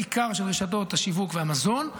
בעיקר של רשתות השיווק והמזון.